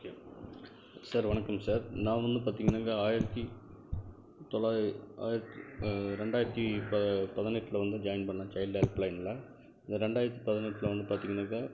okay sir வணக்கம் sir நான் வந்து பார்த்தீங்கன்னாக்கா ஆயிரத்து தொளாயி ஆயிரத்து ரெண்டாயிரத்து ப பதினெட்டில் வந்து ஜாயின் பண்ணினேன் சைல்ட் ஆக்ட் லைனில் இந்த ரெண்டாயிரத்து பதினெட்டில் வந்து பார்த்தீங்கன்னாக்கா